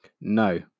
No